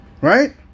Right